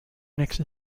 next